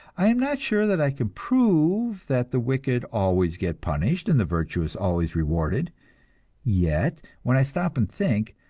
i am not sure that i can prove that the wicked always get punished and the virtuous always rewarded yet, when i stop and think,